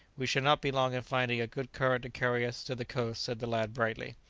we shall not be long in finding a good current to carry us to the coast, said the lad brightly.